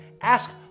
Ask